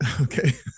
Okay